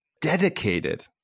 dedicated